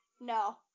no